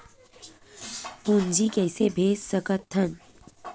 पूंजी कइसे भेज सकत हन?